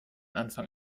anfang